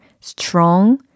strong